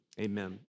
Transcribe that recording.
Amen